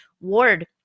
ward